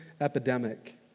epidemic